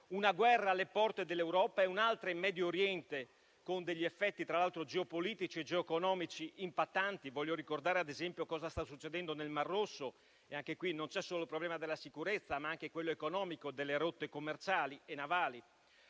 due guerre, una alle porte dell'Europa e un'altra in Medio Oriente, tra l'altro, con effetti geopolitici e geoeconomici impattanti. Voglio ricordare ad esempio cosa sta succedendo nel Mar Rosso: anche lì, c'è non solo il problema della sicurezza, ma anche quello economico delle rotte commerciali e navali.